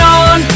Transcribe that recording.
on